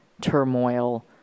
turmoil